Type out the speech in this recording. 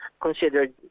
considered